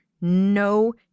no